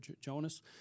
Jonas